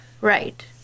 Right